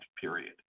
period